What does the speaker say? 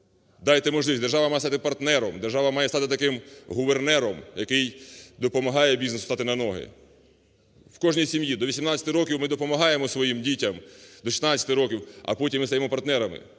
дайте можливість. Держава має стати партнером, держава має стати таким гувернером, який допомагає бізнесу стати на ноги. У кожній сім'ї до 18 років ми допомагаємо своїм дітям, до 16 років, а потім ми стаємо партнерами.